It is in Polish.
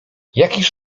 jakiż